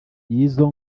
y’izo